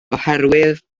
oherwydd